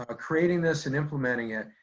ah creating this and implementing it,